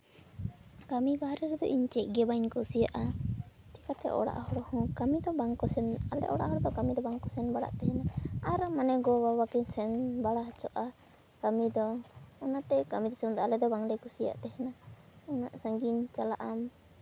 ᱠᱟᱹᱢᱤ ᱵᱟᱦᱨᱮ ᱨᱮᱫᱚ ᱤᱧ ᱪᱮᱫᱜᱮ ᱵᱟᱹᱧ ᱠᱩᱥᱤᱭᱟᱜᱼᱟ ᱪᱮᱠᱟᱛᱮ ᱚᱲᱟᱜ ᱦᱚᱲᱦᱚᱸ ᱠᱟᱹᱢᱤ ᱫᱚ ᱵᱟᱝᱠᱚ ᱥᱮᱱ ᱟᱞᱮ ᱚᱲᱟᱜ ᱦᱚᱲ ᱫᱚ ᱠᱟᱹᱢᱤ ᱫᱚ ᱵᱟᱝᱠᱚ ᱥᱮᱱ ᱵᱟᱲᱟᱜ ᱛᱟᱦᱮᱱᱟ ᱟᱨ ᱢᱟᱱᱮ ᱜᱚᱼᱵᱟᱵᱟ ᱠᱤᱱ ᱥᱮᱱ ᱵᱟᱲᱟ ᱦᱚᱪᱚᱜᱼᱟ ᱠᱟᱹᱢᱤ ᱫᱚ ᱚᱱᱟᱛᱮ ᱠᱟᱹᱢᱤ ᱫᱤᱥᱚᱢ ᱫᱚ ᱟᱞᱮ ᱫᱚ ᱵᱟᱝᱞᱮ ᱠᱩᱥᱤᱭᱟᱜ ᱛᱟᱦᱮᱱᱟ ᱩᱱᱟᱹᱜ ᱥᱟᱺᱜᱤᱧ ᱪᱟᱞᱟᱜ ᱟᱢ